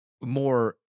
more